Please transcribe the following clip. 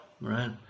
Right